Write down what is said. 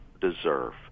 deserve